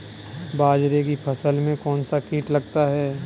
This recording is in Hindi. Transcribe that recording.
बाजरे की फसल में कौन सा कीट लगता है?